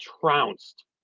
trounced